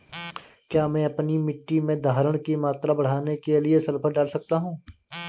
क्या मैं अपनी मिट्टी में धारण की मात्रा बढ़ाने के लिए सल्फर डाल सकता हूँ?